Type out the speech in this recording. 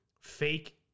fake